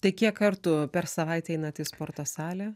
tai kiek kartų per savaitę einat į sporto salę